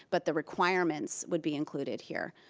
but the requirements would be included here,